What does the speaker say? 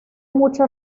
mucho